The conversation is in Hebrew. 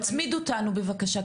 תצמיד אותנו בבקשה,